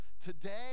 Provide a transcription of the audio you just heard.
Today